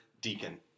deacon